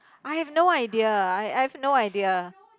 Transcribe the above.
I have no idea I have no idea